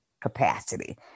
capacity